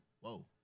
Whoa